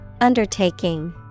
Undertaking